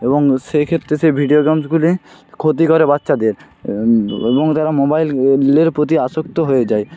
এবং সেই ক্ষেত্রে সেই ভিডিও গেমসগুলি ক্ষতি করে বাচ্চাদের এবং তারা মোবাইল ও গিলের প্রতি আসক্ত হয়ে যায়